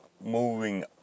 Moving